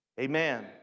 Amen